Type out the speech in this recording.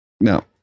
No